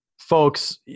Folks